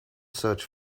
search